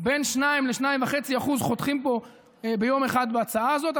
בין 2% ל-2.5% חותכים ביום אחד בהצעה הזאת.